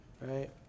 Right